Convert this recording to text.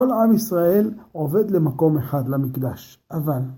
כל עם ישראל עובד למקום אחד, למקדש. אבל...